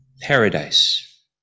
paradise